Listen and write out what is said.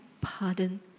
pardon